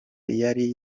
yari